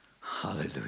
Hallelujah